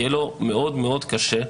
יהיה לו מאוד מאוד קשה,